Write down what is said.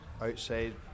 outside